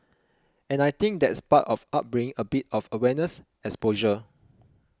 and I think that's part of upbringing a bit of awareness exposure